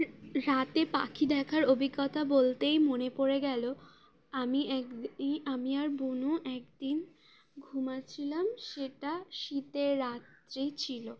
রাতে পাখি দেখার অভিজ্ঞতা বলতেই মনে পড়ে গেল আমি একদিন আমি আর বোনও একদিন ঘুমাচ্ছিলাম সেটা শীতের রাত্রেই ছিলো